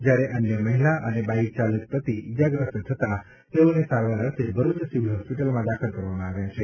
જ્યારે અન્ય મહિલા અને બાઇક ચાલક ઈજાગ્રસ્ત થતાં તેઓને સારવાર અર્થે ભરૂચ સિવિલ હોસ્પિટલમાં દાખલ કરવામાં આવ્યા છે